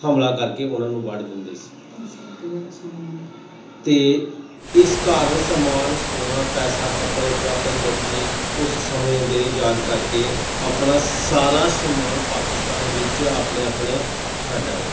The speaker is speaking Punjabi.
ਹਮਲਾ ਕਰਕੇ ਉਹਨਾਂ ਨੂੰ ਵੱਢ ਦਿੰਦੇ ਸੀ ਅਤੇ ਇਸ ਕਾਰਨ ਸਮਾਨ ਸੋਨਾ ਪੈਸਾ ਕੱਪੜੇ ਪੁਰਾਤਨ ਲੋਕ ਉਸ ਸਮੇਂ ਦੇ ਯਾਦ ਕਰਕੇ ਆਪਣਾ ਸਾਰਾ ਸਮਾਨ ਪਾਕਿਸਤਾਨ ਵਿੱਚ ਆਪਣੇ ਆਪਣੇ ਛੱਡ ਆਏ